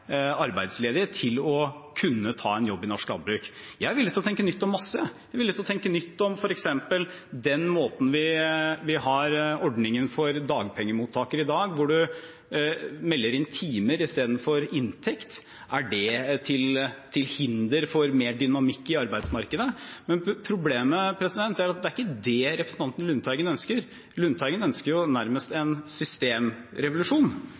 arbeidsledige, til å kunne ta en jobb innen norsk landbruk. Jeg er villig til å tenke nytt om masse. Jeg er villig til å tenke nytt om f.eks. den måten vi har ordningen for dagpengemottakere på i dag, hvor en melder inn timer i stedet for inntekt – er det til hinder for mer dynamikk i arbeidsmarkedet? Problemet er at det ikke er det representanten Lundteigen ønsker. Lundteigen ønsker jo nærmest